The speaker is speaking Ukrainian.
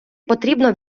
потрібно